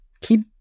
keep